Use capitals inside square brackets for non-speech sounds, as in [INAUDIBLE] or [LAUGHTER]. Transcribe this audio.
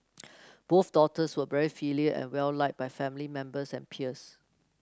[NOISE] both daughters were very filial and well liked by family members and peers